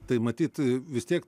tai matyt vis tiek